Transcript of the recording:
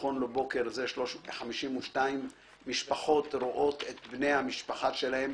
נכון לבוקר הזה 52 משפחות רואות את בני המשפחה שלהן